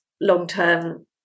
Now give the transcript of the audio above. long-term